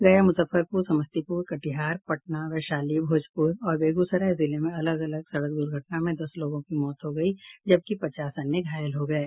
गया मूजफ्फरपूर समस्तीपूर कटिहार पटना वैशाली भोजपूर और बेगूसराय जिले में अलग अलग सड़क दुर्घटना में दस लोगों की मौत हो गयी जबकि पचास अन्य घायल हो गये